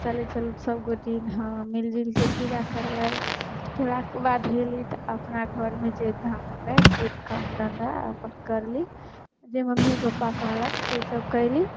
चलै चलू सभ गोटे हँ मिलिजुलिके पूजा करबै कएलाके बाद अएली तऽ अपना घरमे जे से काम होलै से धन्धा अपन करली जे मम्मी पप्पा कहलक से सब कएली